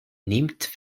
nimmt